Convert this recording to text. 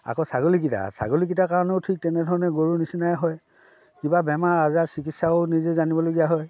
আকৌ ছাগলীকেইটা ছাগলীকেইটাৰ কাৰণেও ঠিক তেনেধৰণে গৰুৰ নিচিনাই হয় কিবা বেমাৰ আজাৰ চিকিৎসাও নিজে জানিবলগীয়া হয়